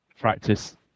practice